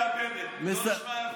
"התוכי והבנט" לא נשמע יפה?